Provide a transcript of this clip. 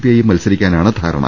ഐയും മത്സരിക്കാനാണ് ധാരണ